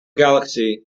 galaxy